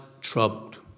troubled